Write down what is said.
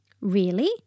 Really